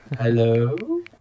Hello